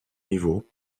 niveaux